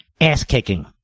Ass-kicking